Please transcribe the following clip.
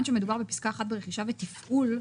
שמדובר בפסקה (1) על רכישה ותפעול,